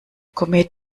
komet